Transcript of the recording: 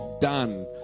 done